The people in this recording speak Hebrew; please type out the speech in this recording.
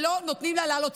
שלא נותנים לה לעלות.